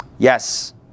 Yes